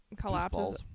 collapses